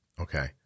Okay